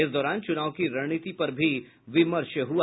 इस दौरान चुनाव की रणनीति पर भी विमर्श हुआ